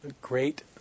great